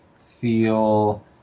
feel